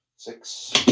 Six